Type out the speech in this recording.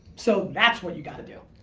so that's what you gotta do.